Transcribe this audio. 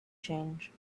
change